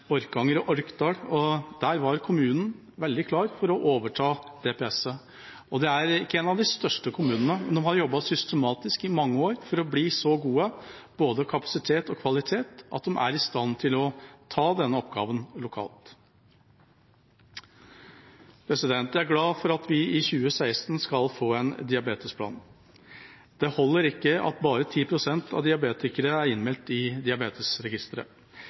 Orkanger i Orkdal kommune, og der var kommunen veldig klar til å overta DPS-ene. Dette er ikke av de største kommunene, men de har jobbet systematisk i mange år for å bli så gode på både kapasitet og kvalitet at de er i stand til å ta denne oppgaven lokalt. Jeg er glad for at vi i 2016 skal få en diabetesplan. Det holder ikke at bare 10 pst. av diabetikerne er innmeldt i